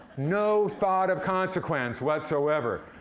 no thought of consequence whatsoever.